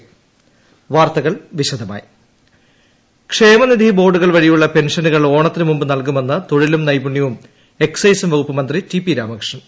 ടടട T P Ramakrishnan ക്ഷേമനിധി ബോർഡുകൾ വഴിയുള്ള പെൻഷനുകൾ ഓണത്തിനു മുമ്പ് നൽകുമെന്ന് തൊഴിലും നൈപുണ്യവും എക്സൈസും വകുപ്പ് മന്ത്രി ടി പി രാമകൃഷ്ണൻ